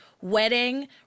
wedding